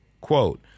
Quote